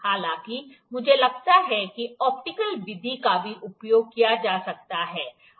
हालाँकि मुझे लगता है कि ऑप्टिकल विधि का भी उपयोग किया जा सकता है